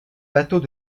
bateaux